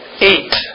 Eight